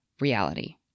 reality